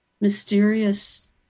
mysterious